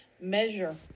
measure